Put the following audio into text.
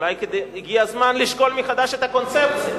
אולי הגיע הזמן לשקול מחדש את הקונספציה